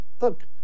look